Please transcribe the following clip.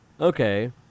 Okay